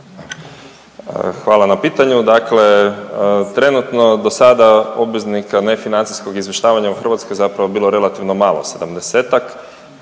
Hvala na pitanju. Dakle, trenutno do sada obveznika nefinancijskog izvještavanja u Hrvatskoj je zapravo bilo relativno malo sedamdesetak.